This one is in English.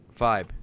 vibe